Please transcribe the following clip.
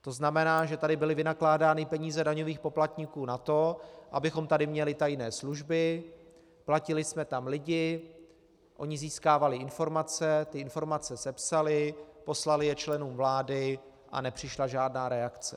To znamená, že tady byly vynakládány peníze daňových poplatníků na to, abychom tady měli tajné služby, platili jsme tam lidi, oni získávali informace, ty informace sepsali, poslali je členům vlády a nepřišla žádná reakce.